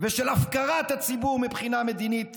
ושל הפקרת הציבור מבחינה מדינית